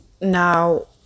Now